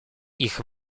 ich